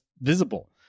visible